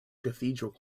cathedral